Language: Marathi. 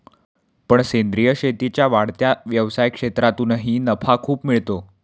पण सेंद्रीय शेतीच्या वाढत्या व्यवसाय क्षेत्रातूनही नफा खूप मिळतो